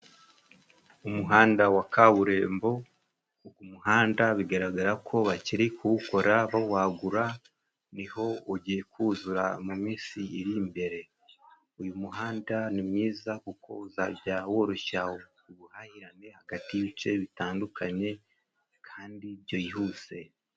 Umuhanda wa kaburimbo, umuhanda bigaragara ko bakiri kuwukora bawagura niho ugiye kuzura mu minsi iri imbere. Uyu muhanda ni mwiza kuko uzajya woroshya ubuhahirane hagati y'ibice bitandukanye kandi byihuse.